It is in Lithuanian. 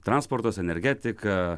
transportas energetika